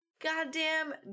goddamn